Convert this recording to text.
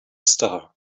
star